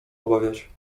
obawiać